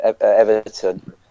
everton